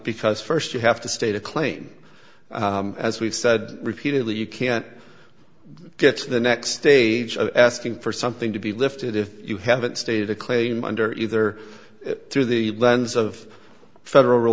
because st you have to state a claim as we've said repeatedly you can't get to the next stage of asking for something to be lifted if you haven't stated a claim under either through the lens of federal